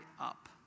up